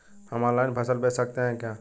हम ऑनलाइन फसल बेच सकते हैं क्या?